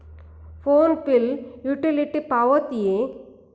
Phone bill utility ಪಾವತಿಯೇ?